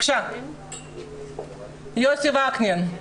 יוסי קינן,